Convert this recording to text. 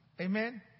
Amen